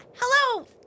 hello